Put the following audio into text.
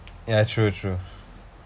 ya true true